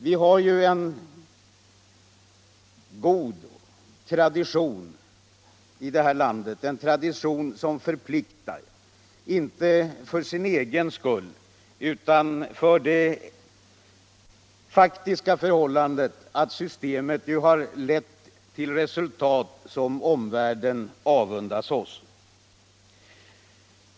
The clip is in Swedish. Nu har vi ju en god Saltsjöbadstradition här i landet, en tradition som förpliktar — inte för sin egen skull utan på grund av det faktiska förhållandet att systemet har lett till resultat som omvärlden avundas OSS.